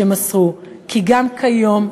שמסרו כי גם כיום,